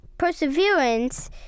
Perseverance